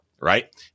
right